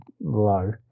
low